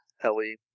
ellie